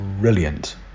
brilliant